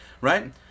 right